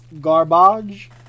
garbage